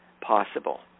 possible